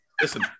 Listen